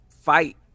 fight